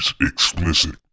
explicit